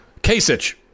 Kasich